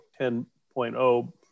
10.0